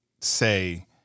say